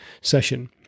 session